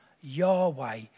Yahweh